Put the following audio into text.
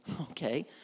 okay